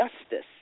justice